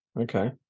Okay